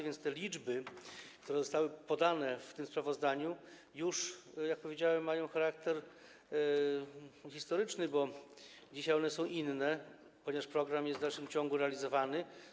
Więc te liczby, które zostały podane w tym sprawozdaniu, jak powiedziałem, mają już charakter historyczny, bo dzisiaj one są inne, ponieważ program jest w dalszym ciągu realizowany.